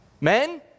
Men